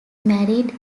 married